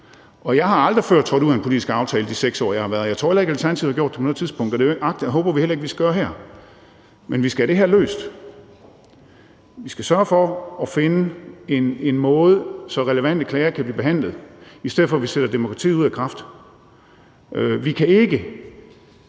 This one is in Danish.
Jeg er aldrig før trådt ud af en politisk aftale i de 6 år, jeg har været her, og jeg tror heller ikke, at Alternativet har gjort det på noget tidspunkt, og det håber vi heller ikke vi skal gøre her. Men vi skal have det her løst, vi skal sørge for at finde en måde, så relevante klager kan blive behandlet, i stedet for at vi sætter demokratiet ud af kraft. Vi kan ikke